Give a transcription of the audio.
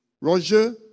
Roger